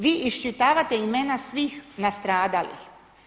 Vi iščitavate imena svih nastradalih.